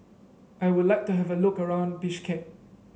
I would like to have a look around Bishkek